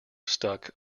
stuck